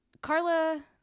Carla